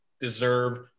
deserve